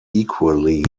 equally